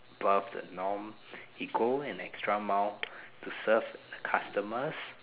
above the norm he go an extra mile to serve the customers